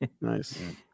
Nice